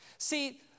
See